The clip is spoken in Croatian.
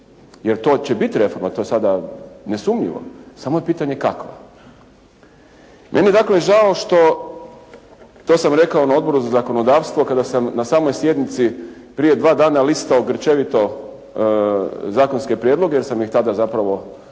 jer to će biti reforma, to je sada nesumnjivo, samo je pitanje kako. Meni je dakle žao što, to sam rekao na Odboru za zakonodavstvo kada sam na samoj sjednici prije dva dana listao grčevito zakonske prijedloge jer sam ih tada zapravo nakon